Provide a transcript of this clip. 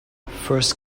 first